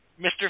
Mr